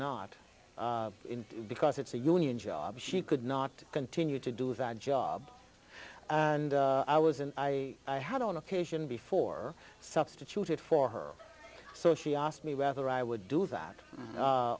not because it's a union job she could not continue to do that job and i was and i i had on occasion before substituted for her so she asked me whether i would do that